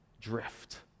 drift